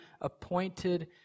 appointed